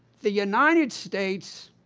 the united states